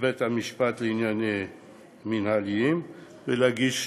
לבית-המשפט לעניינים מינהליים ולהגיש